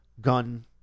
gun